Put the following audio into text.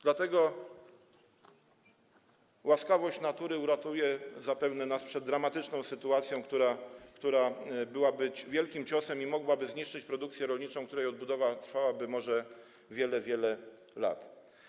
Dlatego łaskawość natury zapewne uratuje nas przed dramatyczną sytuacją, która byłaby wielkim ciosem i mogłaby zniszczyć produkcję rolniczą, której odbudowa trwałaby może wiele, wiele lat.